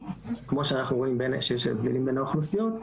כמו שאנחנו רואים שיש הבדלים בין האוכלוסיות,